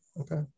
Okay